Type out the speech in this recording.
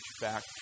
back